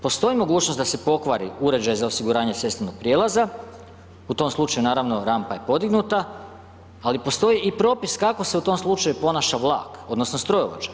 Postoji mogućnost da se pokvari uređaj za osiguranje cestovnog prijelaza, u tom slučaju, naravno, rampa je podignuta, ali postoji i propis kako se u tom slučaju ponaša vlak odnosno strojovođa.